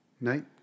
Night